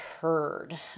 heard